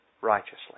righteously